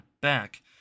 back